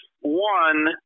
One